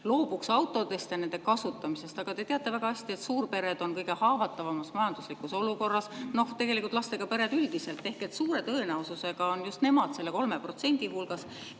loobuks autost ja selle kasutamisest. Te teate väga hästi, et suurpered on kõige haavatavamas majanduslikus olukorras, tegelikult lastega pered üldiselt, ehk et suure tõenäosusega on just nemad selle 3% hulgas,